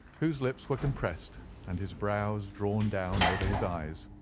whose lips were compressed and his brows drawn down over his eyes.